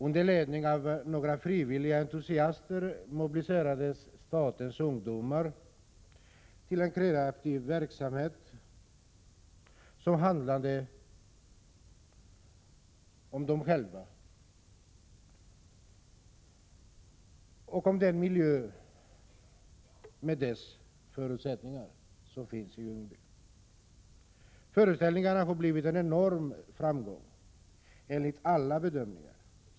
Under ledning av några frivilliga entusiaster mobiliserades stadens ungdomar i en kreativ verksamhet, som handlade om dem själva och deras miljö med de förutsättningar som finns i Ljungby. Föreställningarna har blivit en enorm framgång enligt alla bedömare.